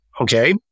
okay